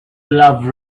love